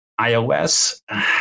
iOS